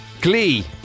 Glee